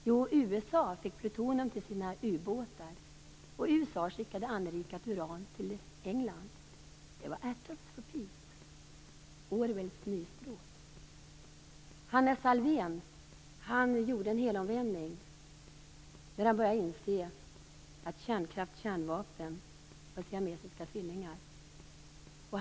Jo, USA fick plutonium till sina ubåtar, och USA skickade anrikat uran till England. Det var Atoms for Peace - Orwells nyspråk. Hannes Alvén gjorde en helomvändning när han började inse att kärnkraft/kärnvapen var siamesiska tvillingar.